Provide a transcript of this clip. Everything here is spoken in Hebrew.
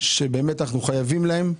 שאנחנו חייבים להם,